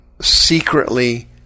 Secretly